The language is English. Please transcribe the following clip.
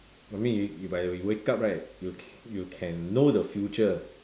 I mean you by you wake up right you can you can know the future